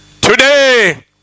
Today